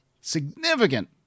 significant